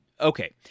Okay